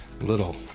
Little